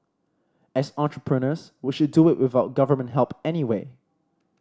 as entrepreneurs we should do it without Government help anyway